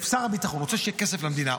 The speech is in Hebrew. שר הביטחון רוצה שיהיה כסף למדינה,